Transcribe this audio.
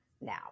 now